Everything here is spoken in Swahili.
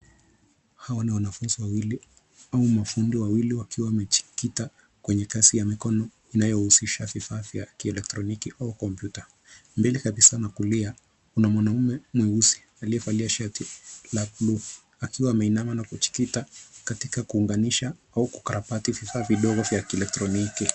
Hawa ni wanafunzi wawili au mafundi wawili wakiwa wamejikita kwenye kazi ya mikono inayohusisha vifaa vya kielektroniki au kompyuta. Mbele kabisa na kulia, kuna mwanaume mweusi aliyevalia shati la buluu akiwa ameinama na kujikita katika kuunganisha au kukarabati vifaa vidogo vya kielektroniki.